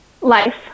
Life